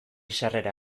sarrera